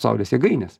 saulės jėgainės